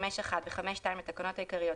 5(1) ו5(2) לתקנות העיקריות,